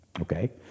Okay